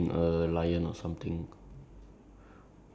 but ya lah some of the animals are like cool ah ya